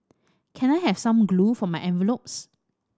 can I have some glue for my envelopes